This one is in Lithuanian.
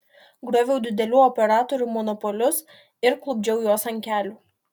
grioviau didelių operatorių monopolius ir klupdžiau juos ant kelių